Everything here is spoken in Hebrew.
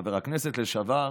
חבר הכנסת לשעבר